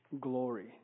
Glory